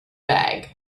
bag